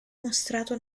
mostrato